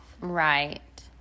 Right